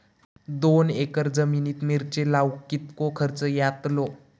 दोन एकर जमिनीत मिरचे लाऊक कितको खर्च यातलो?